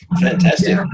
Fantastic